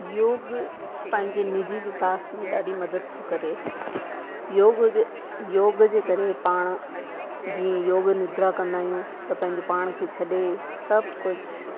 योगु पंहिंजे निजी विकास में ॾाढी मदद थो करे योग जे योग जे करे पाण जीअं योग निद्रा कंदा आहियूं त पंहिंजो पाण खे छॾे सभु कुझु